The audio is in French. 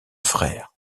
frères